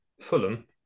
Fulham